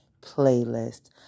playlist